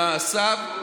למעשיו,